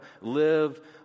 live